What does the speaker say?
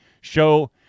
show